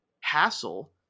hassle